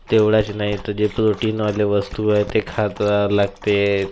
तेवढंच नाही तर जे प्रोटीनवाले वस्तू आहे ते खात रहावं लागते